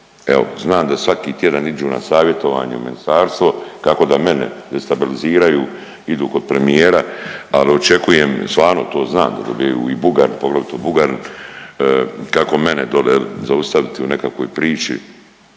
znam da svaki tjedan iđu na savjetovanje u ministarstvo kako da mene destabiliziraju, idu kod premijera. Ali očekujem stvarno to znam da dobijaju i Bugari, poglavito Bugari kako mene dole je li zaustaviti u nekakvoj priči.